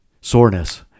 soreness